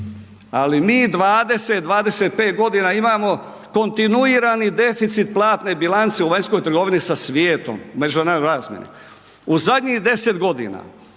ali mi 20, 25 godina imamo kontinuirani deficit platne bilance u vanjskoj trgovini sa svijetom na međunarodnoj razmjeni, u zadnji 10.g.